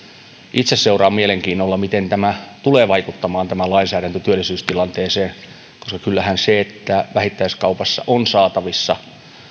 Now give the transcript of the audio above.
itse seuraan mielenkiinnolla miten tämä lainsäädäntö tulee vaikuttamaan työllisyystilanteeseen koska kyllähän se että vähittäiskaupassa on saatavissa